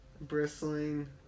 bristling